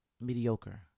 mediocre